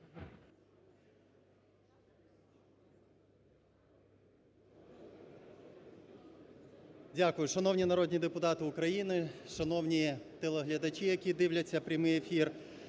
Дякую. Шановні народні депутати, шановні телеглядачі, які дивляться прямий ефір!